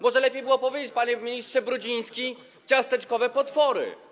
Może lepiej było powiedzieć, panie ministrze Brudziński: ciasteczkowe potwory.